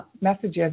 messages